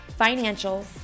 financials